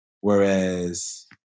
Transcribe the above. whereas